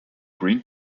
green